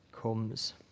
comes